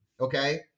okay